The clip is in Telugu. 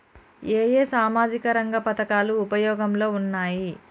ఏ ఏ సామాజిక రంగ పథకాలు ఉపయోగంలో ఉన్నాయి?